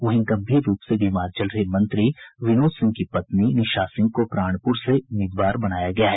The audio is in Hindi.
वहीं गंभीर रूप से बीमार चल रहे मंत्री विनोद सिंह की पत्नी निशा सिंह को प्राणपुर से उम्मीदवार बनाया गया है